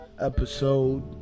episode